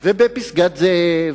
פסגת-זאב,